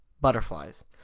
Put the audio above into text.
butterflies